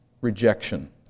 Rejection